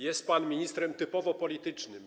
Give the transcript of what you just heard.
Jest pan ministrem typowo politycznym.